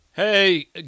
Hey